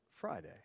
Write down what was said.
Friday